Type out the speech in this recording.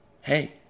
hey